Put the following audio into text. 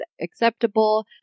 acceptable